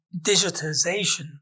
digitization